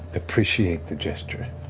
appreciate the gesture.